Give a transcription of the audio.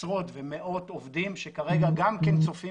עשרות ומאות עובדים שכרגע גם כן צופים